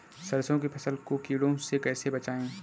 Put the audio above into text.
सरसों की फसल को कीड़ों से कैसे बचाएँ?